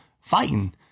fighting